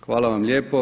Hvala vam lijepo.